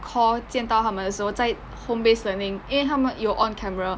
call 见到他们的时候在 home based learning 因为他们有 on camera